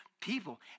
people